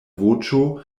voĉo